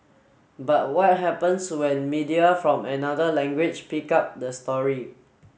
but what happens when media from another language pick up the story